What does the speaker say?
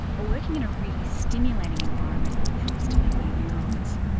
or working in a really stimulating environment helps to make new neurons.